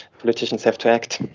politicians have to act.